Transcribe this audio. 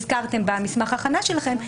במסמך ה-5 שלכם,